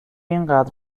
اینقدر